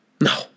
No